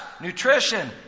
nutrition